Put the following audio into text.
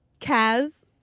Kaz